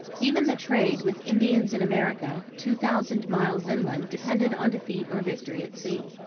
even the trade with indians in america, two thousand miles inland, depended on defeat or victory at sea.